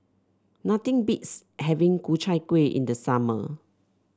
nothing beats having Ku Chai Kuih in the summer